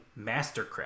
mastercraft